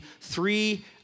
three